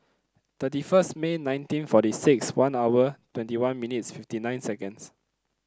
thirty first May nineteen forty six one hour twenty one minutes fifty nine seconds